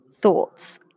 thoughts